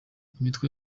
imitwe